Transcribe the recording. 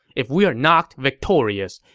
if we are not victorious,